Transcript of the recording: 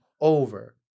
over